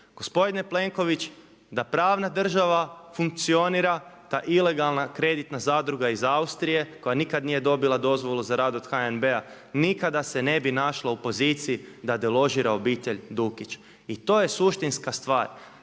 Gospodine Plenković da pravna država funkcionira ta ilegalna kreditna zadruga iz Austrije koja nikad nije dobila dozvolu za rad od HNB-a nikada se ne bi našla u poziciji da deložira obitelj Dukić. I to je suštinska stvar.